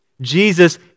Jesus